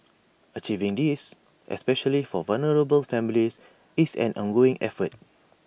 achieving this especially for vulnerable families is an ongoing effort